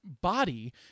body